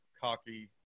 cocky